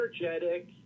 energetic